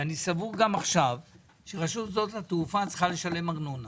- אני גם סבור עכשיו - שרשות שדות התעופה צריכה לשלם ארנונה